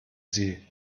sie